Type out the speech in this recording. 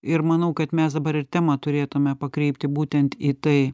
ir manau kad mes dabar ir temą turėtume pakreipti būtent į tai